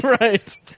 Right